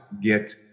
get